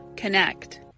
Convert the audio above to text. connect